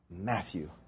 Matthew